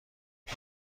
این